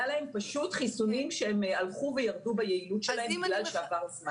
היו להם פשוט חיסונים שהלכו וירדו ביעילות שלהם בגלל שעבר זמן.